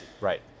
Right